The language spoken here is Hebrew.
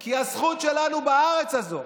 כי הזכות שלנו בארץ הזו